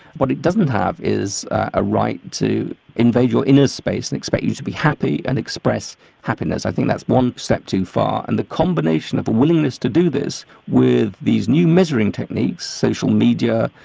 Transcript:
what it doesn't have is a right to invade your inner space and expected to be happy and express happiness. i think that's one step too far. and the combination of a willingness to do this with these new measuring techniques, social media,